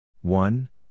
one